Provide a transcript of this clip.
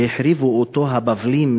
שהחריבו אותו הבבלים,